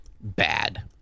bad